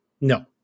No